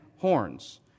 horns